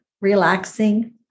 relaxing